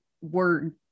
word